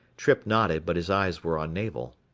trippe nodded, but his eyes were on navel.